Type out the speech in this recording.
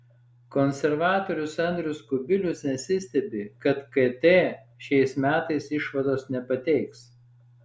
konservatorius andrius kubilius nesistebi kad kt šiais metais išvados nepateiks